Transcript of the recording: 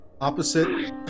Opposite